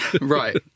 Right